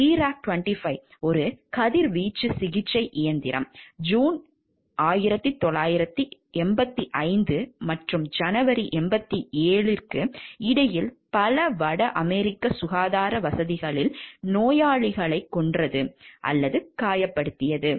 Therac 25 ஒரு கதிர்வீச்சு சிகிச்சை இயந்திரம் ஜூன் 1985 மற்றும் ஜனவரி 87 க்கு இடையில் பல வட அமெரிக்க சுகாதார வசதிகளில் நோயாளிகளைக் கொன்றது அல்லது காயப்படுத்தியது